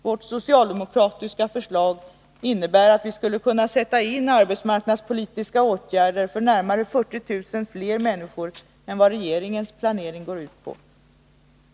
Vårt socialdemokratiska förslag innebär att vi skulle kunna sätta in arbetsmarknadspolitiska åtgärder för närmare 40 000 fler människor än vad regeringens planering nu går ut på.